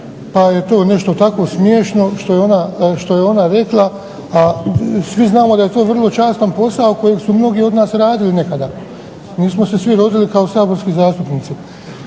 pa je to nešto tako smiješno što je ona rekla, a svi znamo da je to vrlo častan posao kojeg su mnogi od nas radili nekada. Nismo se svi rodili kao saborski zastupnici.